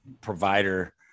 provider